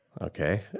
Okay